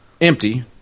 empty